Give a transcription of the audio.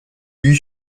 eut